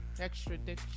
Extradition